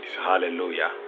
Hallelujah